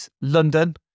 London